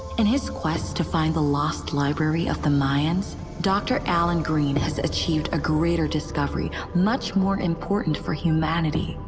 in his quest to find the lost library of the mayans, dr. allan green has achieved a greater discovery, much more important for humanity.